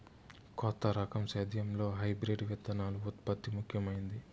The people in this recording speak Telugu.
కొత్త రకం సేద్యంలో హైబ్రిడ్ విత్తనాల ఉత్పత్తి ముఖమైంది